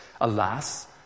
Alas